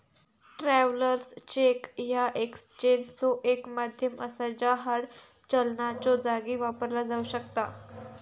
travellers cheque ह्या एक्सचेंजचो एक माध्यम असा ज्या हार्ड चलनाच्यो जागी वापरला जाऊ शकता